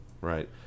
right